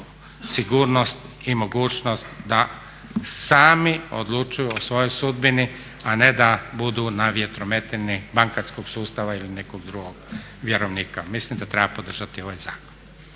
sigurnost i mogućnost da sami odlučuju o svojoj sudbini a ne da budu na vjetrometini bankarskog sustava ili nekog dugog vjerovnika. Mislim da treba podržati ovaj zakon.